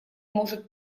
может